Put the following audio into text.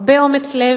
הרבה אומץ לב.